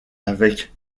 avec